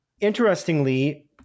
interestingly